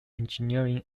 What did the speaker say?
engineering